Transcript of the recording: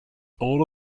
all